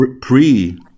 pre